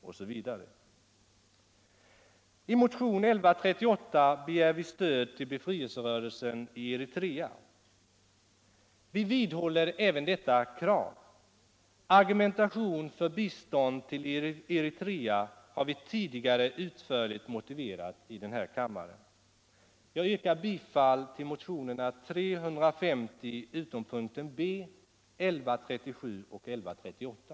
I motion 1138 begär vi stöd till befrielserörelsen i Eritrea. Vi vidhåller även detta krav. Vi har tidigare gewu utförlig argumentation i den här kammaren för bistånd till Eritrea.